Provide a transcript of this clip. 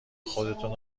خودتو